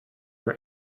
your